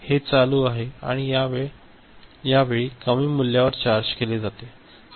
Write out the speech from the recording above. हे चालू आहे आणि यावेळी कमी मूल्यावर चार्ज केले जाते